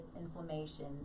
inflammation